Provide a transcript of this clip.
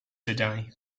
today